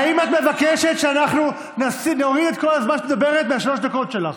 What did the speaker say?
האם את מבקשת שאנחנו נוריד את כל הזמן שאת מדברת משלוש הדקות שלך?